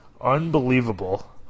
unbelievable